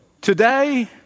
Today